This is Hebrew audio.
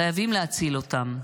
חייבים להציל אותם.